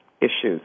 issues